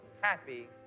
happy